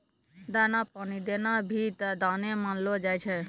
दाना पानी देना भी त दाने मानलो जाय छै